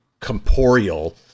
corporeal